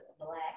Black